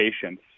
patients